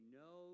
no